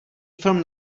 film